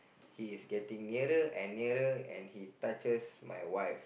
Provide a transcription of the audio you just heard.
he is getting nearer and nearer and he touches my wife